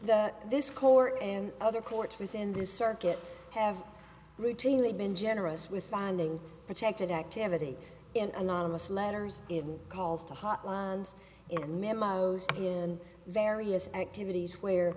that this court and other courts within the circuit have routinely been generous with finding protected activity in anonymous letters in calls to hotlines in memos and various activities where